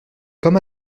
comme